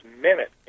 minute